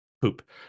poop